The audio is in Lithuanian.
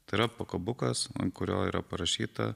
tai yra pakabukas ant kurio yra parašyta